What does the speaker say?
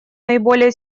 наиболее